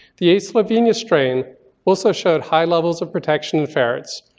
the a slovenia strain also showed high levels of protection in ferrets,